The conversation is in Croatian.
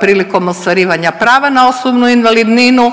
prilikom ostvarivanja prava na osobnu invalidninu.